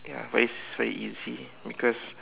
ya but it's very easy because